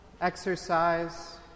exercise